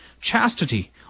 chastity